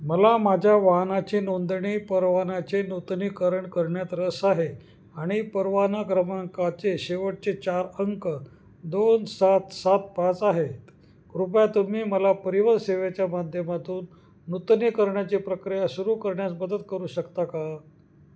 मला माझ्या वाहनाची नोंदणी परवान्याचे नूतनीकरण करण्यात रस आहे आणि परवाना क्रमांकाचे शेवटचे चार अंक दोन सात सात पाच आहेत कृपया तुम्ही मला परिवहन सेवेच्या माध्यमातून नूतनीकरणाची प्रक्रिया सुरू करण्यास मदत करू शकता का